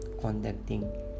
conducting